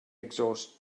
exhaust